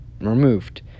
removed